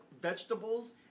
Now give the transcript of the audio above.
vegetables